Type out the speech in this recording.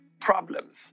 problems